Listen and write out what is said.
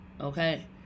okay